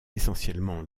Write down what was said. essentiellement